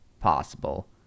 possible